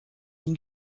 une